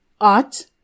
art